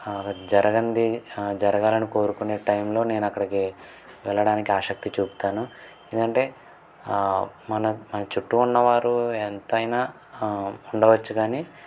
జరగనిది జరగాలని కోరుకునే టైంలో నేను అక్కడికి వెళ్ళడానికి ఆసక్తి చూపుతాను ఎందంటే మన మన చుట్టూ ఉన్నవారు ఎంతైనా ఉండవచ్చు కానీ